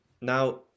Now